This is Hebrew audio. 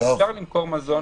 --- אפשר למכור מזון.